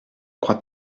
crois